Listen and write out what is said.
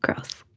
growth